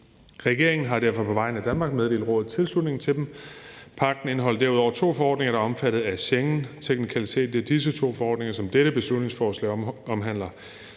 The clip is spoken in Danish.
Regeringen har derfor på vegne af Danmark meddelt Rådet tilslutning til dem. Pagten indeholdt derudover to forordninger, der er omfattet af Schengenteknikaliteten. Det er disse to forordninger, som dette beslutningsforslag omhandler.